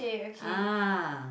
ah